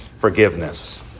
forgiveness